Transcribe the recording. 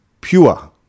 Pure